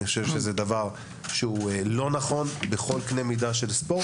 אני חושב שזה דבר לא נכון בכל קנה מידה של ספורט.